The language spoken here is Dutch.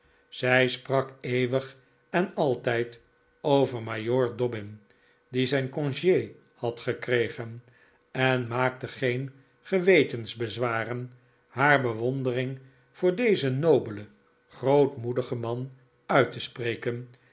zij sprak eeuwig en altijd over majoor dobbin die zijn conge had gekregen en maakte geen gewetensbezwaren haar bewondering voor dezen nobelen grootmoedigen man uit te spreken